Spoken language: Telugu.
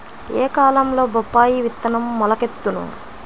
ఏ కాలంలో బొప్పాయి విత్తనం మొలకెత్తును?